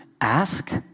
ask